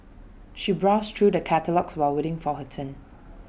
she browsed through the catalogues while waiting for her turn